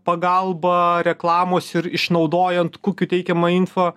pagalba reklamos ir išnaudojant kukių teikiamą info